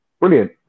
Brilliant